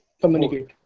communicate